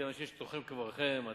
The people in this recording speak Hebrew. אתם אנשים שתוככם כברכם,